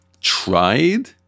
tried